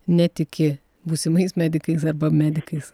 netiki būsimais medikais arba medikais